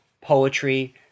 poetry